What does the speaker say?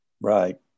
Right